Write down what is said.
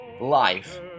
life